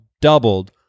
doubled